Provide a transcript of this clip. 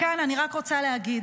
מכאן אני רק רוצה להגיד